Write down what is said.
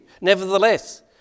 Nevertheless